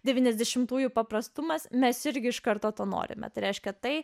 devyniasdešimtųjų paprastumas mes irgi iš karto to norime reiškia tai